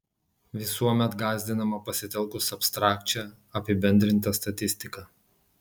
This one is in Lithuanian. visuomet gąsdinama pasitelkus abstrakčią apibendrintą statistiką